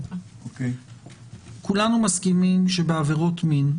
--- כולנו מסכימים שבעבירות מין,